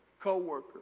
co-worker